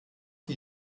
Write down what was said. wie